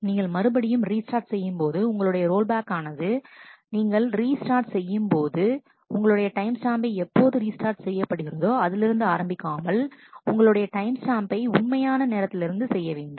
நீங்கள் மறுபடியும் restart செய்யும்போது உங்களுடைய ரோல் பேக் ஆனது நீங்கள் ரீ ஸ்டார்ட் செய்யும்போது உங்களுடைய டைம் ஸ்டாம்பை எப்போது ரீஸ்டார்ட் செய்யப்படுகிறதோ அதிலிருந்து ஆரம்பிக்காமல் உங்களுடைய டைம் ஸ்டாம்பை உண்மையான நேரத்திலிருந்து செய்ய வேண்டும்